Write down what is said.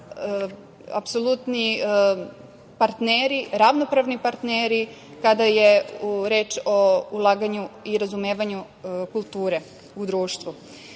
apsolutni partneri, ravnopravni partneri kada je reč o ulaganju i razumevanju kulture u društvu. Smatram